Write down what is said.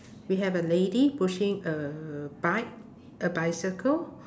we have a lady pushing a bike a bicycle